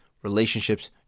relationships